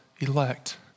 elect